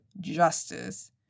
justice